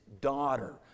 daughter